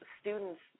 students